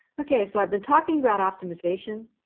ok, so i've been talking about optimization,